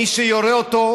מי שיורה את זה,